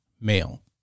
male